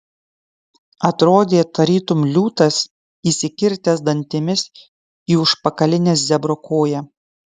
atrodė tarytum liūtas įsikirtęs dantimis į užpakalinę zebro koją